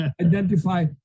identify